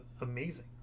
amazing